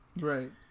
Right